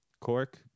Cork